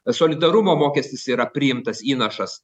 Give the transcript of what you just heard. solidarumo mokestis yra priimtas įnašas